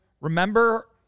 Remember